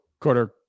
quarter